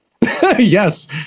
Yes